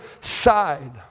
side